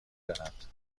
دارد